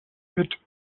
mit